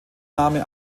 name